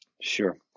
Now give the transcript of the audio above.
Sure